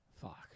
Fuck